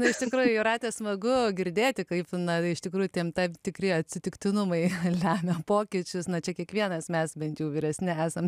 iš tikrųjų jūrate smagu girdėti kaip na iš tikrųjų tie tam tikri atsitiktinumai lemia pokyčius na čia kiekvienas mes bent jau vyresni esam